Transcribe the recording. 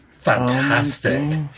Fantastic